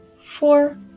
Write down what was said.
four